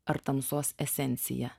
ar tamsos esencija